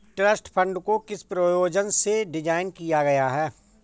Trust fund को किस प्रयोजन से डिज़ाइन किया गया है?